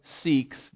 seeks